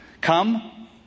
Come